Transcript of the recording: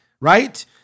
right